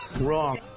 Wrong